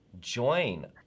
join